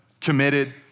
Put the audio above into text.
committed